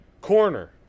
Corner